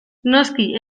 noski